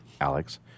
Alex